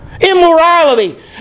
Immorality